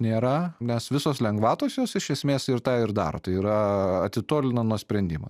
nėra nes visos lengvatos jos iš esmės ir tą ir daro tai yra atitolina nuo sprendimo